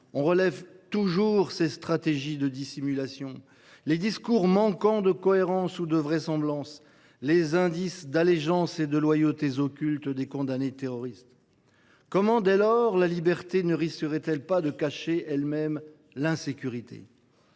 on relève ces « stratégies de dissimulation », les discours manquant de « cohérence ou de vraisemblance », les indices d’« allégeances » et de « loyautés » occultes des condamnés terroristes. Comment, dès lors, la liberté ne risquerait elle pas de cacher elle même l’insécurité ?